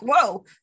whoa